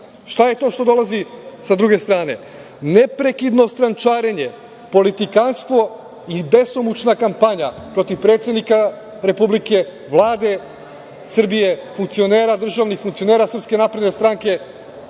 Šta je to što dolazi sa druge strane? Neprekidno strančarenje, politikanstvo i besomučna kampanja protiv predsednika Republike, Vlade Srbije, državnih funkcionera SNS, ali nažalost